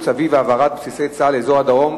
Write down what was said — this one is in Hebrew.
סביב העברת בסיסי צה"ל לאזור הדרום,